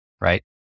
right